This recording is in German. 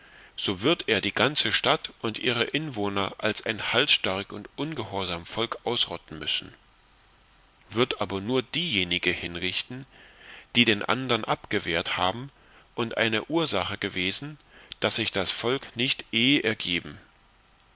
so wird er die ganze stadt und ihre inwohner als ein halsstarrig und ungehorsam volk ausrotten wollen wird aber nur diejenige hinrichten die den andern abgewehrt haben und eine ursache gewesen daß sich das volk nicht eh ergeben